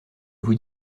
vous